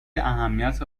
اهمیت